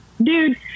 Dude